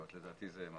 לדעתי זה חייב להיות.